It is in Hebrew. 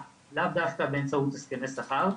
שהיא העסקה לאו דווקא באמצעות הסכמי שכר,